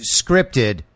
scripted